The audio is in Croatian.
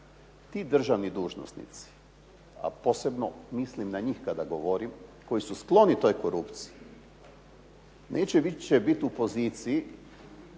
ti državni dužnosnici, a posebno mislim na njih kada govorim, koji su skloni toj korupciji, neće više biti u poziciji